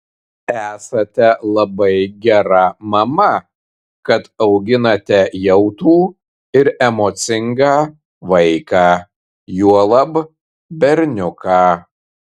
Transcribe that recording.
esate labai gera mama kad auginate jautrų ir emocingą vaiką juolab berniuką